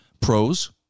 Pros